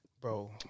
Bro